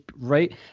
right